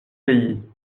pays